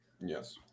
Yes